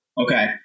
Okay